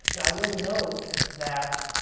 now i will note that